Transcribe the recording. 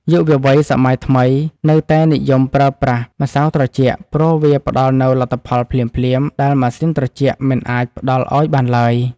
យុវវ័យសម័យថ្មីនៅតែនិយមប្រើប្រាស់ម្សៅត្រជាក់ព្រោះវាផ្តល់នូវលទ្ធផលភ្លាមៗដែលម៉ាស៊ីនត្រជាក់មិនអាចផ្ដល់ឱ្យបានឡើយ។